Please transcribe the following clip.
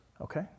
Okay